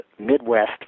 Midwest